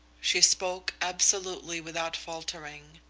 she spoke absolutely without faltering.